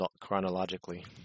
chronologically